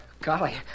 Golly